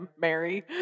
Mary